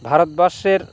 ভারতবর্ষের